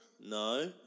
No